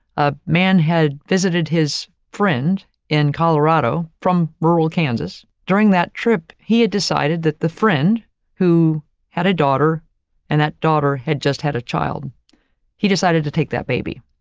a man had visited his friend in colorado from rural kansas. during that trip, he had decided that the friend who had a daughter and that daughter had just had a child he decided to take that baby,